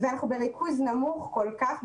אנחנו בריכוז נמוך כל כך,